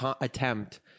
attempt